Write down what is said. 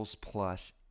plus